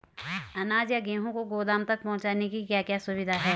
अनाज या गेहूँ को गोदाम तक पहुंचाने की क्या क्या सुविधा है?